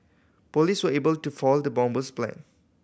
police were able to foil the bomber's plan